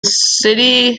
city